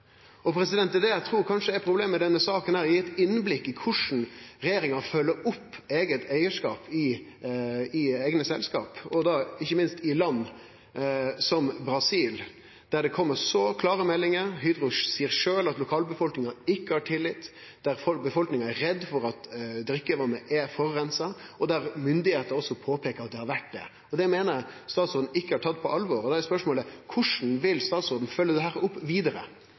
Det er det eg trur kanskje er problemet med denne saka. Ho gir eit innblikk i korleis regjeringa følgjer opp eigarskapet i eigne selskap, ikkje minst i land som Brasil, der det kjem så klare meldingar. Hydro seier sjølv at lokalbefolkninga ikkje har tillit, befolkninga er redd for at drikkevatnet er forureina, og myndigheitene peiker også på at det har vore det. Det meiner eg statsråden ikkje har tatt på alvor. Da er spørsmålet: Korleis vil statsråden følgje opp dette vidare? For det